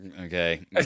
okay